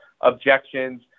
objections